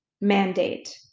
mandate